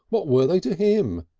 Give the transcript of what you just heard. what were they to him?